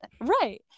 right